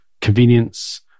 convenience